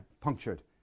punctured